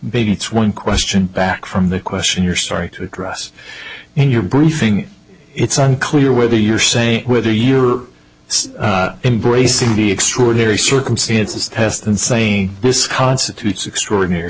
maybe it's one question back from the question you're starting to address in your briefing it's unclear whether you're saying whether you're still embracing the extraordinary circumstances test and saying this constitutes extraordinary